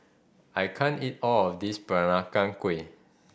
I can't eat all of this Peranakan Kueh